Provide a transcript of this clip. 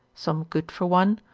some good for one,